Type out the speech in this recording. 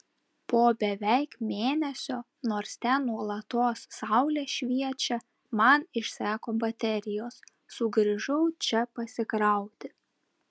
po beveik mėnesio nors ten nuolatos saulė šviečia man išseko baterijos sugrįžau čia pasikrauti